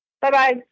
Bye-bye